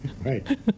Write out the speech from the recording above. Right